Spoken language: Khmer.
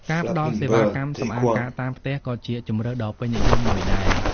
ការផ្ដល់សេវាកម្មសម្អាងការតាមផ្ទះក៏ជាជម្រើសដ៏ពេញនិយមមួយដែរ។